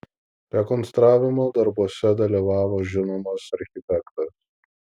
rekonstravimo darbuose dalyvavo žinomas architektas